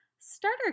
Starter